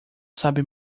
sabe